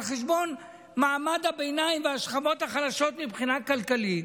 על חשבון מעמד הביניים והשכבות החלשות מבחינה כלכלית.